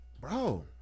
Bro